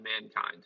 mankind